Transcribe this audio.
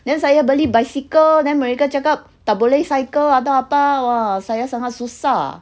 then saya beli bicycle then mereka cakap tak boleh cycle atau apa !wah! saya sangat susah